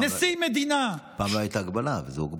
נשיא מדינה, פעם לא הייתה הגבלה, וזה הוגבל.